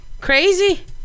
Crazy